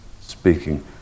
speaking